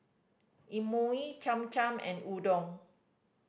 Imoni Cham Cham and Udon